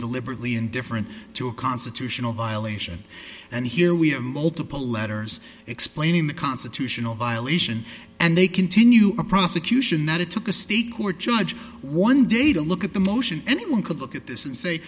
deliberately indifferent to a constitutional violation and here we have multiple letters explaining the constitutional violation and they continue a prosecution that it took a state court judge one day to look at the motion and one could look at this in say